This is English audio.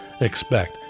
expect